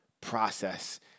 process